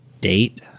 date